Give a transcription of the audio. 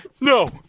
No